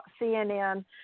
CNN